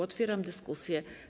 Otwieram dyskusję.